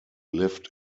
lived